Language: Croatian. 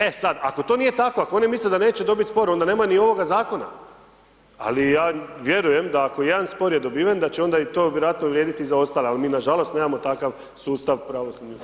E sad, ako to nije tako, ako oni misle da neće dobiti spor, onda nema ni ovoga Zakona, ali ja vjerujem da ako jedan spor je dobiven, da će onda to vjerojatno vrijedi i za ostale, ali mi, nažalost, nemamo takav sustav pravosudni u RH.